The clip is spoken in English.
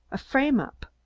a frame-up.